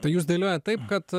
tai jūs dėliojat taip kad